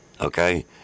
okay